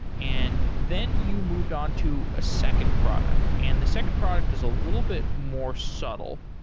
and then you moved on to a second product, and the second product is a little bit more subtle,